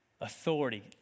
Authority